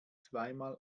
zweimal